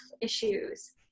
issues